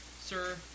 sir